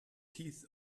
teeth